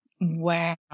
Wow